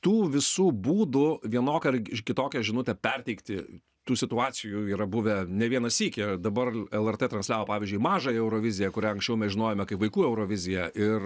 tų visų būdu vienokią ar kitokią žinutę perteikti tų situacijų yra buvę ne vieną sykį dabar lrt transliavo pavyzdžiui mažąją euroviziją kurią anksčiau mes žinojome kaip vaikų euroviziją ir